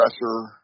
pressure